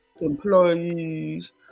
employees